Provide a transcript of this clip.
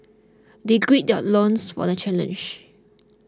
they gird their loins for the challenge